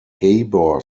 gabor